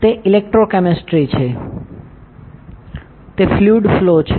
તે ઇલેક્ટ્રોકેમિસ્ટ્રી છે તે ફ્લૂડ ફ્લો છે